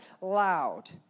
loud